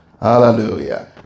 Hallelujah